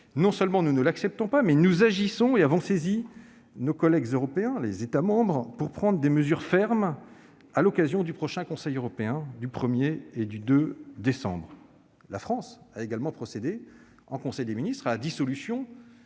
Non seulement nous ne l'acceptons pas, mais nous avons saisi nos collègues européens pour prendre des mesures fermes à l'occasion du prochain Conseil européen des 1 et 2 décembre. La France a également procédé, en conseil des ministres, à la dissolution